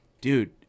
dude